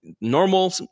normal